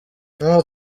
nta